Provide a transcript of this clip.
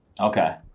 Okay